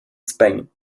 spain